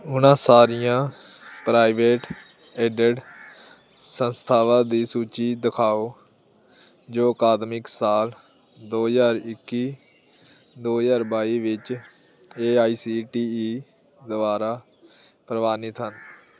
ਉਹਨਾਂ ਸਾਰੀਆਂ private aided ਸੰਸਥਾਵਾਂ ਦੀ ਸੂਚੀ ਦਿਖਾਓ ਜੋ ਅਕਾਦਮਿਕ ਸਾਲ ਦੋ ਹਜ਼ਾਰ ਇੱਕੀ ਦੋ ਹਜ਼ਾਰ ਬਾਈ ਵਿੱਚ A I C T E ਦੁਆਰਾ ਪ੍ਰਵਾਨਿਤ ਹਨ